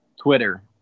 twitter